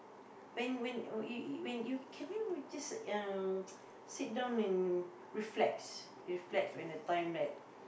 when when y~ when you can you just uh sit down and reflect reflect on the time that